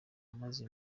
amaze